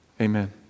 Amen